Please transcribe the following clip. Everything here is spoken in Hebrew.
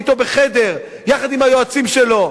הייתי אתו בחדר יחד עם היועצים שלו.